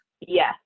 Yes